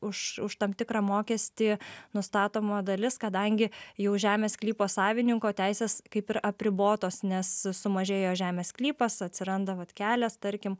už už tam tikrą mokestį nustatoma dalis kadangi jau žemės sklypo savininko teisės kaip ir apribotos nes sumažėjo žemės sklypas atsiranda vat kelias tarkim